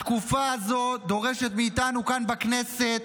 התקופה הזאת דורשת מאיתנו כאן בכנסת